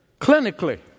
clinically